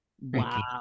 Wow